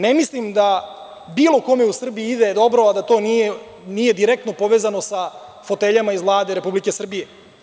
Ne mislim da bilo kome u Srbiji ide dobro, a da to nije direktno povezano sa foteljama iz Vlade Republike Srbije.